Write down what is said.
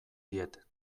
diet